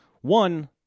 one